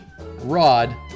Rod